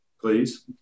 please